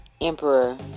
Emperor